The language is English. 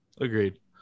Agreed